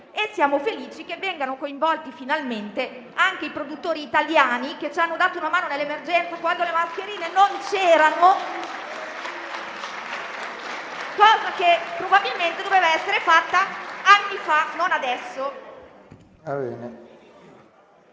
e siamo felici che vengano coinvolti finalmente anche i produttori italiani che ci hanno dato una mano nell'emergenza quando le mascherine non c'erano. È una cosa che probabilmente avrebbe dovuto essere fatta anni fa e non adesso.